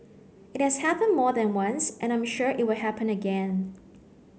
it has happened more than once and I'm sure it will happen again